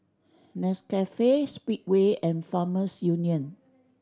Nescafe Speedway and Farmers Union